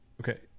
okay